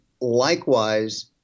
likewise